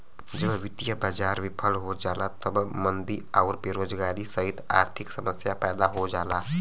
जब वित्तीय बाजार विफल हो जाला तब मंदी आउर बेरोजगारी सहित आर्थिक समस्या पैदा हो जाला